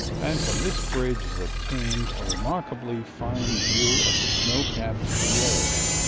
and from this bridge is obtained a remarkably fine view of the snow-capped sierras,